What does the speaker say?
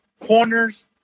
Corners